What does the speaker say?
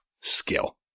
skill